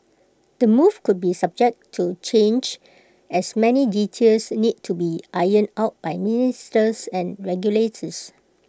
the move could be subject to change as many details need to be ironed out by ministries and regulators